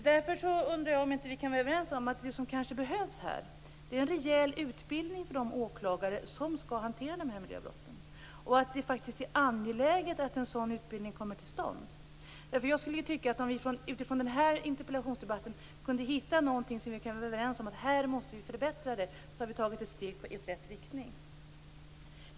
Därför undrar jag om vi inte kan vara överens om att det behövs en rejäl utbildning för de åklagare som skall hantera miljöbrotten. Det är faktiskt angeläget att en sådan utbildning kommer till stånd. Om vi utifrån den här interpellationsdebatten kan hitta någonting som vi är överens om måste förbättras, har vi tagit ett steg i rätt riktning.